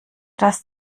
dass